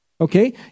Okay